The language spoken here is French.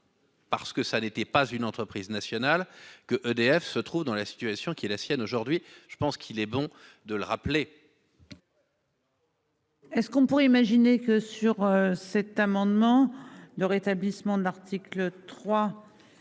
Parce que ça n'était pas une entreprise nationale que EDF se trouve dans la situation qui est la sienne aujourd'hui. Je pense qu'il est bon de le rappeler. Est ce qu'on pourrait imaginer que sur cet amendement de rétablissement de l'article 3.